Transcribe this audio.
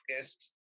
guests